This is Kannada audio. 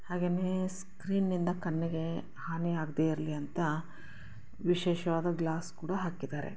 ಹಾಗೆಯೇ ಸ್ಕ್ರೀನ್ನಿಂದ ಕಣ್ಣಿಗೆ ಹಾನಿ ಆಗದೇ ಇರಲಿ ಅಂತ ವಿಶೇಷವಾದ ಗ್ಲಾಸ್ ಕೂಡ ಹಾಕಿದ್ದಾರೆ